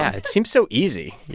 yeah it seems so easy,